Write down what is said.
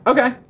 Okay